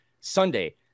Sunday